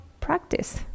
practice